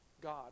God